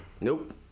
nope